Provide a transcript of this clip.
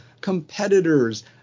Competitors